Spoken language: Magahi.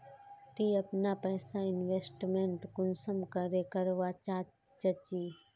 ती अपना पैसा इन्वेस्टमेंट कुंसम करे करवा चाँ चची?